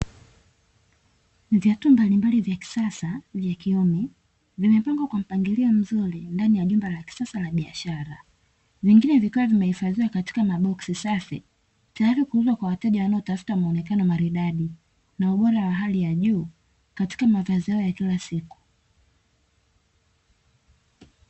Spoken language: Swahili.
Viatu mbalimbali vya kisasa vya kiume vimepangwa kwa mpangilio mzuri ndani ya jumba la kisasa ya biashara, vingine vikiwa vimehifadhiwa katika maboksi safi, tayari kuuzwa kwa wateja wanaotafuta muonekano maridadi na ubora wa hali ya juu, katika mavazi yao ya kila siku.